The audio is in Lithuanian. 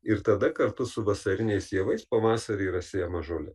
ir tada kartu su vasariniais javais pavasarį yra sėjama žolė